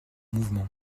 mouvement